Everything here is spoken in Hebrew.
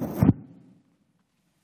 תודה רבה, אדוני היושב-ראש.